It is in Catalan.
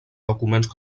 documents